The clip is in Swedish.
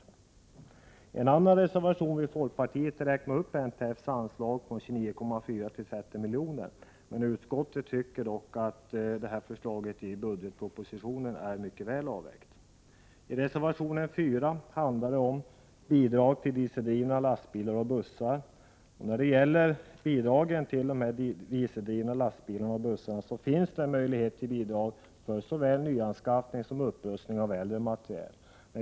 I en annan reservation vill folkpartiet räkna upp NTF:s anslag från 29,4 till 157 Prot. 1988/89:104 30 milj. Utskottet tycker dock att förslaget i budgetpropositionen är väl När det gäller bidrag till dieseldrivna lastbilar och bussar, som reservation 4 handlar om, finns det möjlighet att få bidrag till såväl nyanskaffning som upprustning av äldre materiel.